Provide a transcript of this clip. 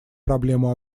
проблему